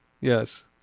Yes